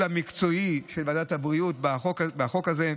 המקצועי של ועדת הבריאות בחוק הזה.